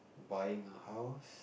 buying a house